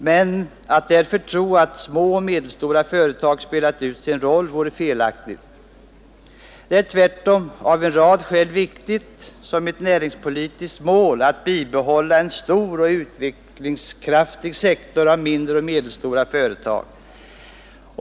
Men att därför tro att små och medelstora företag spelat ut sin roll vore felaktigt. Det är tvärtom av en rad skäl viktigt som ett näringspolitiskt mål att bibehålla en stor och utvecklingskraftig sektor av mindre och medelstora företag.